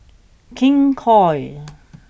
King Koil